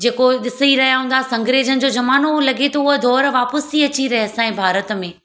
जेको ॾिसी रहियां हूंदासीं अंग्रेजनि जो ज़मानो हुओ लॻे थो उहा दौर वापसि थी अची रहे असांजे भारत में